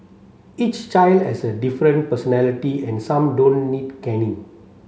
each child has a different personality and some don't need caning